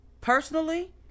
personally